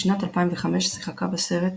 בשנת 2005 שיחקה בסרט